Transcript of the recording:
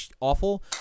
awful